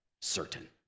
certain